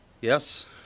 Yes